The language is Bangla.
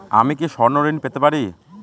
আমি কি স্বর্ণ ঋণ পেতে পারি?